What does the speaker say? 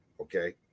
Okay